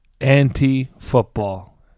anti-football